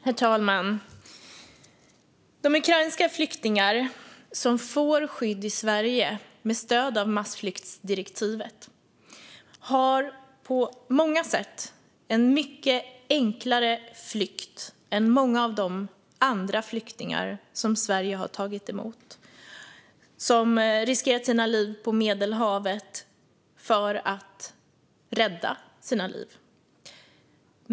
Herr talman! De ukrainska flyktingar som får skydd i Sverige med stöd av massflyktsdirektivet har på många sätt en mycket enklare flykt än många av de andra flyktingar som Sverige har tagit emot - de som har riskerat sina liv på Medelhavet för att rädda sina liv.